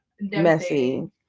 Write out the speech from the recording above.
messy